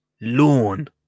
lawn